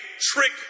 trick